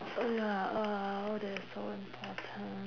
what is so important